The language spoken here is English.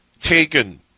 taken